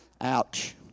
Ouch